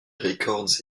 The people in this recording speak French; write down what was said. records